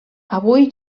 avui